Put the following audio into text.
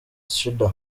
shida